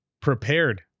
prepared